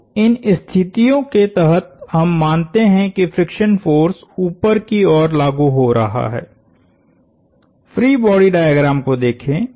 तो इन स्थितियों के तहत हम मानते हैं कि फ्रिक्शन फोर्स ऊपर की ओर लागु हो रहा है फ्री बॉडी डायग्राम को देखें